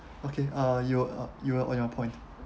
okay uh you were uh you were on your point